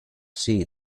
see